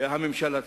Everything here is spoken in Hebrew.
הממשל הצבאי.